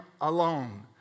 alone